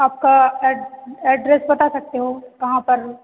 आपका ad address बता सकते हो कहाँ पर